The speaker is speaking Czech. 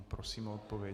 Prosím o odpověď.